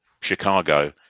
Chicago